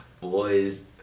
Boys